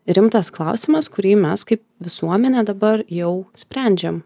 rimtas klausimas kurį mes kaip visuomenė dabar jau sprendžiam